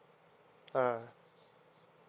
ah